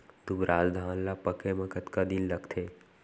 दुबराज धान ला पके मा कतका दिन लगथे?